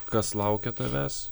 kas laukia tavęs